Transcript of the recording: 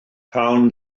cawn